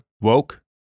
Woke